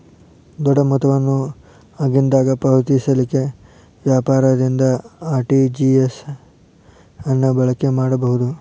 ದೊಡ್ಡ ಮೊತ್ತವನ್ನು ಆಗಿಂದಾಗ ಪಾವತಿಸಲಿಕ್ಕೆ ವ್ಯಾಪಾರದಿಂದ ಆರ್.ಟಿ.ಜಿ.ಎಸ್ ಅನ್ನ ಬಳಕೆ ಮಾಡಬಹುದು